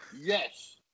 Yes